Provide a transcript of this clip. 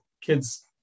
kids